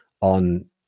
on –